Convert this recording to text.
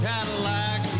Cadillac